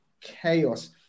chaos